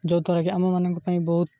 ଯୋଦ୍ୱାରା କି ଆମମାନଙ୍କ ପାଇଁ ବହୁତ